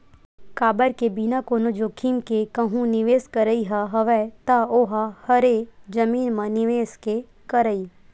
काबर के बिना कोनो जोखिम के कहूँ निवेस करई ह हवय ता ओहा हरे जमीन म निवेस के करई